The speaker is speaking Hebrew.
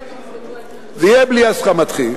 זה יהיה בלי הסכמתכם.